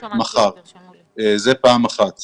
לגבי